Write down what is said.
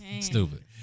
Stupid